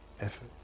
effort